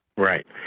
Right